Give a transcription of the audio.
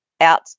out